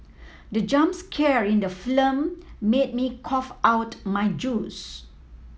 the jump scare in the film made me cough out my juice